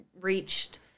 reached